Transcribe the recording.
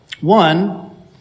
One